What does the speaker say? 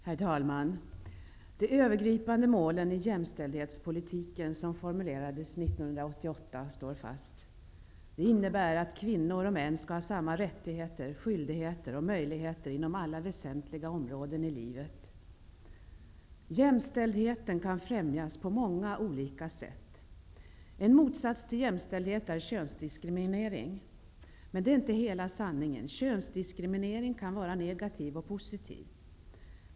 Herr talman! De övergripande målen i jämställdhetspolitiken som formulerades 1988 står fast. De innebär att kvinnor och män skall ha samma rättigheter, skyldigheter och möjligheter inom alla väsentliga områden i livet. Jämställdheten kan främjas på många olika sätt. En motsats till jämställdhet är könsdiskriminering. Men det är inte hela sanningen. Könsdiskriminering kan vara negativ eller positiv.